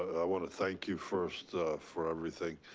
i want to thank you first for everything.